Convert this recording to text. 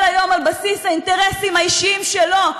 היום על בסיס האינטרסים האישיים שלו.